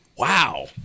Wow